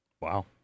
Wow